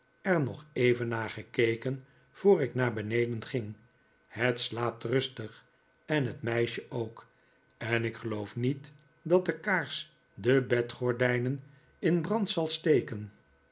er nog even naar gekekenvoor ik naar beneden ging het slaapt rustig en het meisje ook en ik geloof niet dat de kaars de bedgordijnen in brand zal steken